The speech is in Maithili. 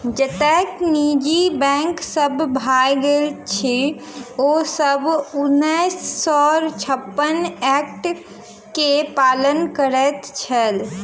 जतेक निजी बैंक सब भागल अछि, ओ सब उन्नैस सौ छप्पन एक्ट के पालन करैत छल